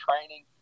training